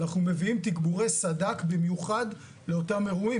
אנחנו מביאים תגבורי סד"כ במיוחד לאותם אירועים,